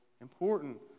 important